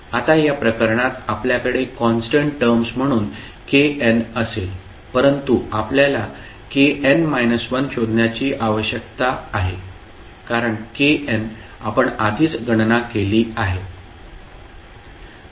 आता या प्रकरणात आपल्याकडे कॉन्स्टंट टर्म्स म्हणून kn असेल परंतु आपल्याला kn−1 शोधण्याची आवश्यकता आहे कारण kn आपण आधीच गणना केली आहे